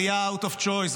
עלייה out of choice,